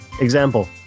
Example